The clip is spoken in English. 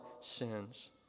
sins